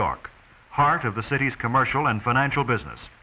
york heart of the city's commercial and financial business